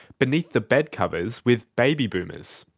beneath the bed covers with baby boomers.